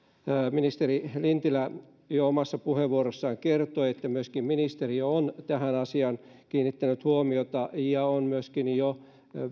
ministeri lintilä omassa puheenvuorossaan jo kertoi että myöskin ministeriö on tähän asiaan kiinnittänyt huomiota ja on myöskin jo